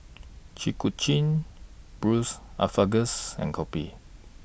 Chi Kak Kuih Braised Asparagus and Kopi